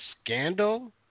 scandal